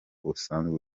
usanzwe